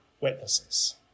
witnesses